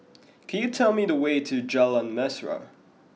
could you tell me the way to Jalan Mesra